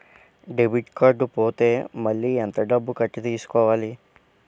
Debit card పోతే మళ్ళీ ఎంత డబ్బు కట్టి తీసుకోవాలి?